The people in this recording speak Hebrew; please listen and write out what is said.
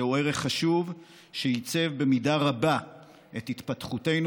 זהו ערך חשוב שעיצב במידה רבה את התפתחותנו